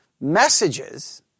messages